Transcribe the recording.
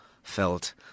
felt